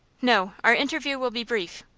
no our interview will be brief.